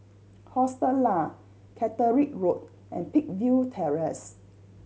Hostel Lah Catterick Road and Peakville Terrace